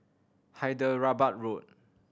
Hyderabad Road